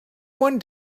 one